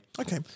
Okay